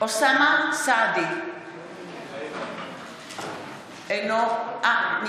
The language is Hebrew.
אוסאמה סעדי, מתחייב אני